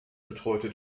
betreute